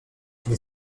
les